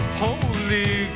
holy